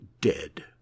dead